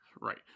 right